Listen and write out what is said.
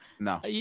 No